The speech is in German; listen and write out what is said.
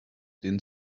den